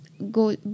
Go